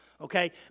okay